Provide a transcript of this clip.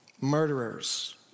murderers